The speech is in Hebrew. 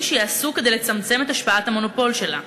שייעשו כדי לצמצם את השפעת המונופול שלה?